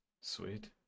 Sweet